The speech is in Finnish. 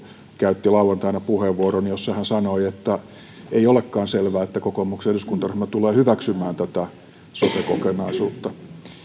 käytti lauantaina puheenvuoron jossa hän sanoi että ei olekaan selvää että kokoomuksen eduskuntaryhmä tulee hyväksymään tätä sote kokonaisuutta